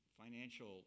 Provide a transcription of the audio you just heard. financial